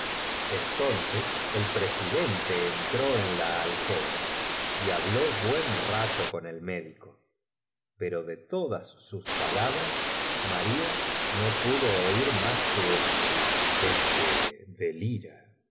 entonces el presidente entró en la aleo ba y habló buen rato con el médico pero de todas sus palabras maria no pudo oir más que esto e s que delira